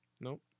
Nope